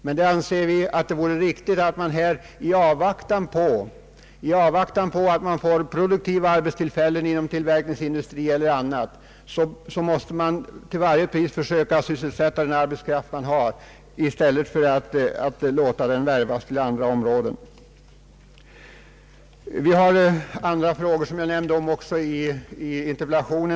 Jag anser det vara riktigt att — i avvaktan på att produktiva arbetstillfällen skapas genom tillverkningsindustrier eller annat — till varje pris försöka sysselsätta den arbetskraft som finns i stället för att låta den värvas till andra områden. I interpellationen har jag också tagit upp andra frågor.